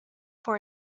for